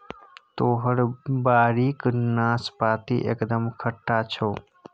तोहर बाड़ीक नाशपाती एकदम खट्टा छौ